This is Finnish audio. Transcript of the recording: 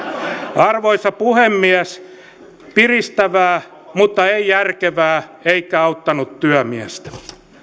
arvoisa puhemies piristävää mutta ei järkevää eikä auttanut työmiestä pyydän